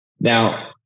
Now